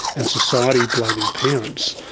and society blaming parents.